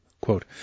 quote